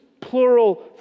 plural